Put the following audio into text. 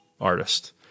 artist